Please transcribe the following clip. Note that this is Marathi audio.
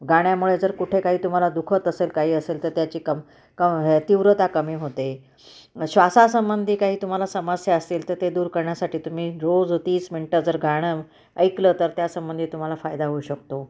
गाण्यामुळे जर कुठे काही तुम्हाला दुखत असेल काही असेल तर त्याची कम क हे तीव्रता कमी होते श्वासासंबंधी काही तुम्हाला समस्या असतील तर ते दूर करण्यासाठी तुम्ही रोज तीस मिनटं जर गाणं ऐकलं तर त्यासंबंधी तुम्हाला फायदा होऊ शकतो